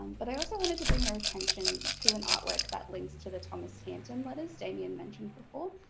um but i also wanted to bring your attention to an artwork that links to the thomas hampton letters damian mentioned before.